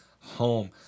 home